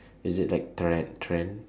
is it like tre~ trend